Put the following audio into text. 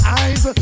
eyes